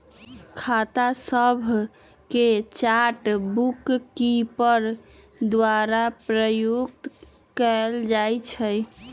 खता सभके chart bookkeeper द्वारा प्रयुक्त कएल जाइ छइ